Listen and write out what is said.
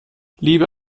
lieber